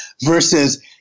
versus